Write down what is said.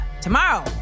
tomorrow